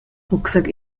rucksack